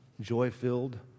joy-filled